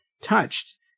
touched